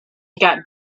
got